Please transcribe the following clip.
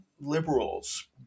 liberals